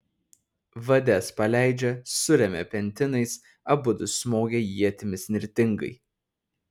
vades paleidžia suremia pentinais abudu smogia ietimis nirtingai